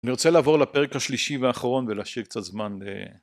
אני רוצה לעבור לפרק השלישי והאחרון ולהשאיר קצת זמן